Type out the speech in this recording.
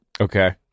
Okay